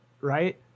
right